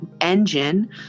engine